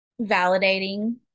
validating